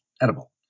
edible